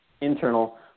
internal